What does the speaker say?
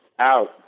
out